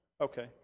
Okay